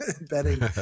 betting